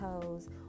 toes